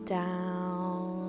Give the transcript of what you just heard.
down